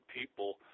people